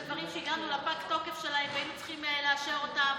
של דברים שהגענו ופג התוקף שלהם והיינו צריכים לאשר אותם,